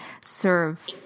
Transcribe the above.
serve